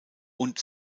und